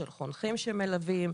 של חונכים שמלווים,